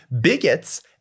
Bigots